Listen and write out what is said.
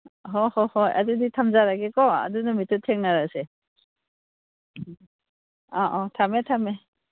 ꯍꯣꯏ ꯍꯣꯏ ꯍꯣꯏ ꯑꯗꯨꯗꯤ ꯊꯝꯖꯔꯒꯦꯀꯣ ꯑꯗꯨ ꯅꯨꯃꯤꯠꯇ ꯊꯦꯡꯅꯔꯁꯦ ꯑꯧ ꯑꯧ ꯊꯝꯃꯦ ꯊꯝꯃꯦ